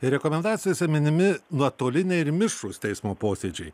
rekomendacijose minimi nuotoliniai ir mišrūs teismo posėdžiai